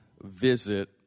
visit